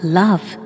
love